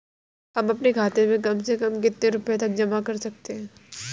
हम अपने खाते में कम से कम कितने रुपये तक जमा कर सकते हैं?